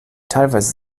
teilweise